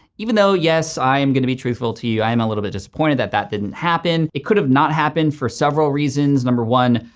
even though, yes, i am gonna be truthful to you, i am a little bit disappointed that that didn't happen. it could've not happened for several reasons. number one,